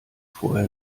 vorher